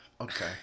Okay